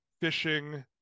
fishing